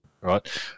right